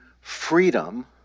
freedom